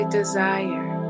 desire